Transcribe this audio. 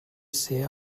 ser